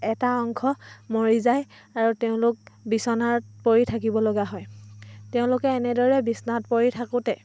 এটা অংশ মৰি যায় আৰু তেওঁলোক বিচনাত পৰি থাকিব লগা হয় তেওঁলোকে এনেদৰে বিচনাত পৰি থাকোঁতে